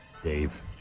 Dave